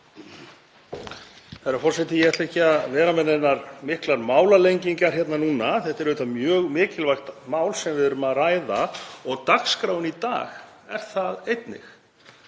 Herra forseti. Ég ætla ekki að vera með neinar miklar málalengingar hérna núna. Þetta er mjög mikilvægt mál sem við erum að ræða og dagskráin í dag er það einnig.